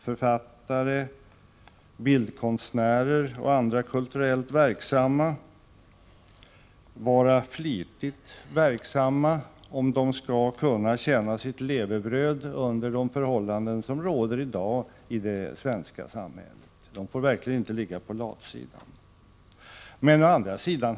Författare, bildkonstnärer och andra kulturellt verksamma måste arbeta flitigt om de skall tjäna sitt levebröd under de förhållanden som råder i dag i det svenska samhället. De får verkligen inte ligga på latsidan. Men å andra sidan.